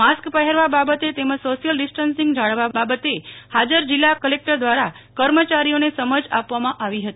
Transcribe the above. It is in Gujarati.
માસ્ક પહેરવા બાબતે તેમજ સોશિયલ ડીસ્ટન્સીંગ જાળવવા બાબતે ફાજર જિલ્લા કલેકટર દ્વારા કર્મચારીઓને સમજ આપવામાં આવી હતી